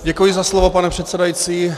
Děkuji za slovo, pane předsedající.